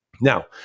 now